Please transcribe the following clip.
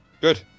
Good